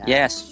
Yes